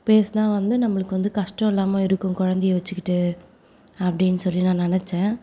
பேசினா வந்து நம்மளுக்கு கஷ்டம் இல்லாமல் இருக்கும் குழந்தைய வச்சிக்கிட்டு அப்படின்னு சொல்லி நான் நினச்சேன்